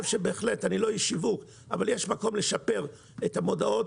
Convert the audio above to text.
אני לא איש שיווק אבל אני חושב שיש מקום לשפר את המודעות,